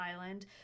Island